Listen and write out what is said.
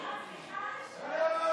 וקבוצת סיעת יהדות התורה לפני סעיף 1 לא נתקבלה.